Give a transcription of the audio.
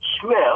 smith